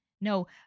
no